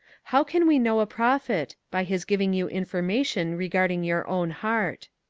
how can we know a prophet? by his giving you informa tion regarding your own heart.